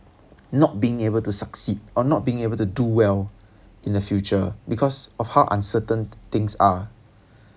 not being able to succeed or not being able do well in the future because how uncertain things are